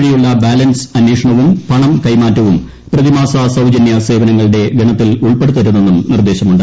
വഴിയുള്ള ബാലൻസ് അന്വേഷണവും പണം കൈമാറ്റവും പ്രതിമാസ സൌജന്യ സേവനങ്ങളുടെ ഗണത്തിൽ ഉൾപ്പെടുത്തരുതെന്നും നിർദ്ദേശമുണ്ട്